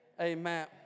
amen